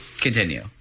continue